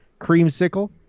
Creamsicle